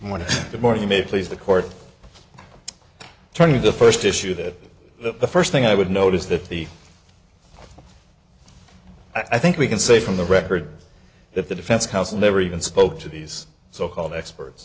of the more you may please the court turn to the first issue that the first thing i would notice that the i think we can say from the record that the defense counsel never even spoke to these so called experts